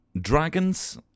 Dragons